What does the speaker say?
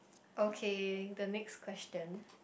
okay the next question